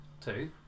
Two